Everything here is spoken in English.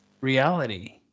reality